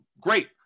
Great